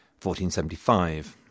1475